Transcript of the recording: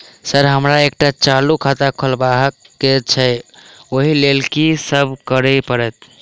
Sir हमरा एकटा चालू खाता खोलबाबह केँ छै ओई लेल की सब करऽ परतै?